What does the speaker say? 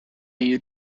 you